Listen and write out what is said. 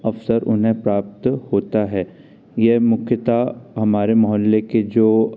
अवसर उन्हें प्राप्त होता है यह मुख्यतः हमारे मोहल्ले के जो